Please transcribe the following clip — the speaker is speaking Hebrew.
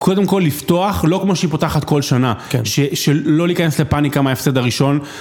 קודם כל לפתוח, לא כמו שהיא פותחת כל שנה, שלא להיכנס לפאניקה מההפסד הראשון.